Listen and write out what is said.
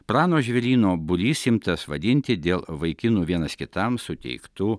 prano žvėryno būrys imtas vadinti dėl vaikinų vienas kitam suteiktų